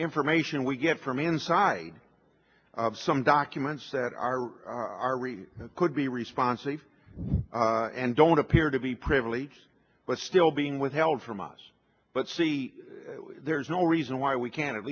information we get from inside some documents that are are we could be responsive and don't appear to be privileged but still being withheld from us but see there's no reason why we can't at